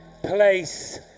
place